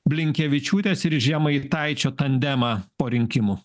blinkevičiūtės ir žemaitaičio tandemą po rinkimų